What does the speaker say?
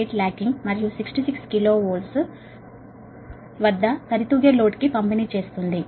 8 lagging మరియు 66 KV వద్ద balanced load కి పంపిణీ చేస్తుంది